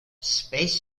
space